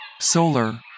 solar